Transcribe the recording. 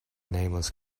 nameless